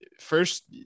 First